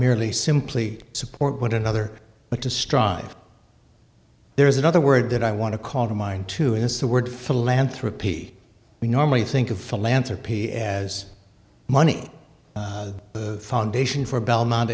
merely simply support one another but to strive there is another word that i want to call to mind too is the word philanthropy we normally think of philanthropy as money foundation for belmont